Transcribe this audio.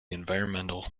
environmental